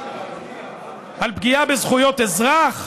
על פגיעה בזכויות אזרח.